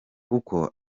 kuko